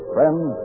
Friends